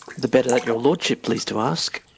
the better that your lordship please to ask.